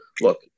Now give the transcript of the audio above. look